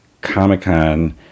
Comic-Con